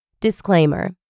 Disclaimer